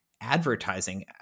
advertising